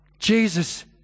Jesus